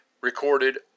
recorded